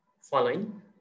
following